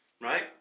right